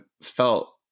felt